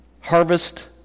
harvest